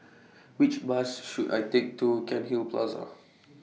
Which Bus should I Take to Cairnhill Plaza